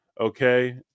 okay